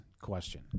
question